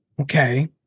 Okay